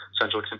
Central